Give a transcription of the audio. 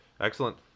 Excellent